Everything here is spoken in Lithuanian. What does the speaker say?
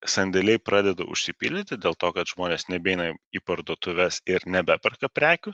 sandėliai pradeda užsipildyti dėl to kad žmonės nebeina į parduotuves ir nebeperka prekių